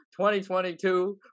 2022